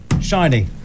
Shiny